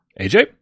AJ